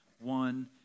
one